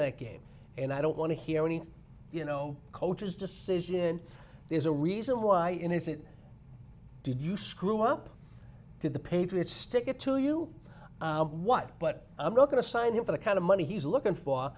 that game and i don't want to hear any you know coaches just sit in there's a reason why innocent did you screw up did the patriots stick it to you what but i'm not going to sign up for the kind of money he's looking for